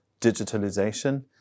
digitalization